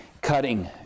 cutting